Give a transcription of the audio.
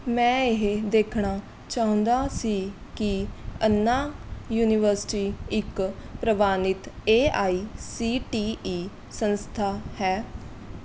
ਮੈਂ ਇਹ ਦੇਖਣਾ ਚਾਹੁੰਦਾ ਸੀ ਕਿ ਅੰਨਾ ਯੂਨੀਵਰਸਿਟੀ ਇੱਕ ਪ੍ਰਵਾਨਿਤ A I C T E ਸੰਸਥਾ ਹੈ